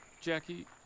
Jackie